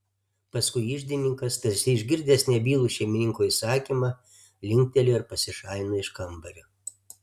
paskui iždininkas tarsi išgirdęs nebylų šeimininko įsakymą linktelėjo ir pasišalino iš kambario